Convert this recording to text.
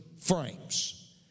frames